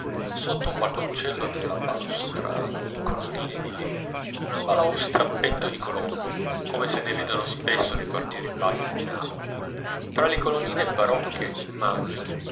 sotto un balconcello dalla balaustra di colonnine di legno una balaustra a petto di colombo come se ne vedono spesso nei quartieri bassi di napoli tra le colonnine barocche in maggio